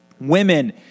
Women